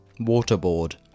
Waterboard